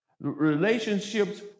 relationships